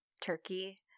Turkey